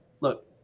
look